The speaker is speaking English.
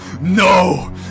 NO